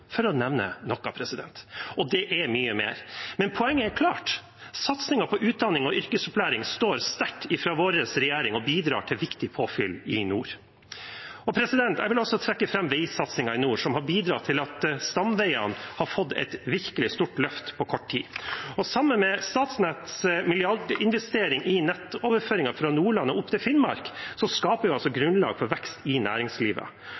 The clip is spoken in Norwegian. for å nevne noe. Og det er mye mer. Men poenget er klart: Satsingen på utdanning og yrkesopplæring står sterkt i vår regjering og bidrar til viktig påfyll i nord. Jeg vil også trekke fram veisatsingen i nord, som har bidratt til at stamveiene har fått et virkelig stort løft på kort tid, og sammen med Statnetts milliardinvestering i nettoverføring fra Nordland og opp til Finnmark skaper vi grunnlag for vekst i næringslivet.